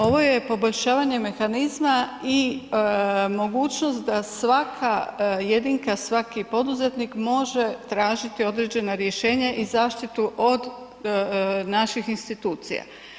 Ovo je poboljšavanje mehanizma i mogućnost da svaka jedinka, svaki poduzetnik može tražiti određena rješenja i zaštitu od naših institucija.